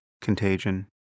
contagion